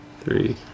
three